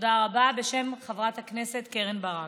תודה רבה בשם חברת הכנסת קרן ברק.